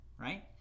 right